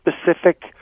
specific